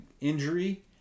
injury